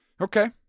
Okay